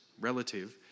relative